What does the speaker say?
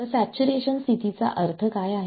तर सॅच्युरेशन स्थितीचा अर्थ असा आहे